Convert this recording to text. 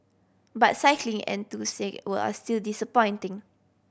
but cycling were are still disappointing